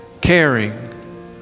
caring